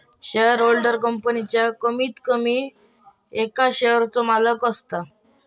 shareholder कंपनीच्या कमीत कमी एका शेयरचो मालक असता